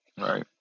Right